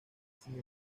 sin